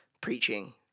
preaching